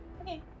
Okay